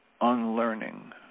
unlearning